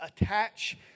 attach